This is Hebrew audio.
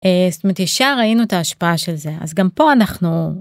אהה זאת אומרת, ישר ראינו את ההשפעה של זה, אז גם פה אנחנו...